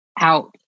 out